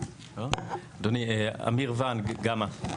אדוני, אמיר ונג, גמא.